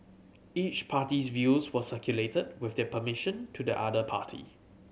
each party's views were circulated with their permission to the other party